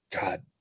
God